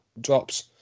drops